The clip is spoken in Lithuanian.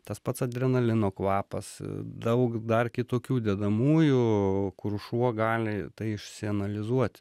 tas pats adrenalino kvapas daug dar kitokių dedamųjų kur šuo gali tai išsianalizuoti